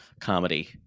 comedy